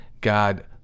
God